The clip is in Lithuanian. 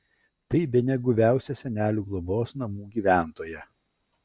tai bene guviausia senelių globos namų gyventoja